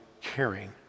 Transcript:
caring